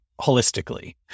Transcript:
holistically